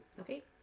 Okay